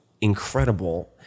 incredible